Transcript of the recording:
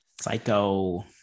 Psycho